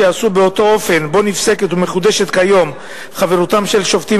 שייעשו באותו אופן שבו נפסקת ומחודשת כיום חברותם של שופטים